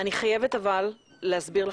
אבל אני חייבת להסביר לכם.